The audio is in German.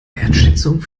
wertschätzung